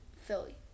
Philly